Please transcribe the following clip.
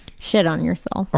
shit on yourself. ah